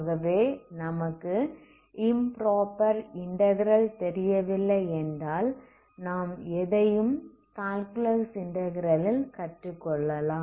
ஆகவே நமக்கு improper integral தெரியவில்லை என்றால் நாம் எதையும் கால்குலஸ் இன்டகிரல் ல் கற்றுக்கொள்ளலாம்